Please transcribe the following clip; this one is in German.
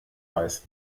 weiß